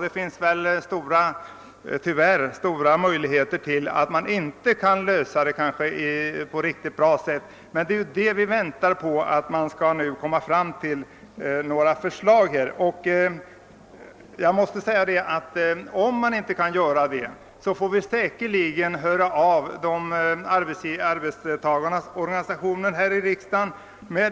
Det finns väl tyvärr stora möjligheter att man inte kan få till stånd en riktigt bra lösning, men vi väntar på att förslag skall läggas fram. Om lämpliga förslag inte kan läggas fram får vi här i riksdagen säkerligen höra av arbetstagarnas organisationer på så sätt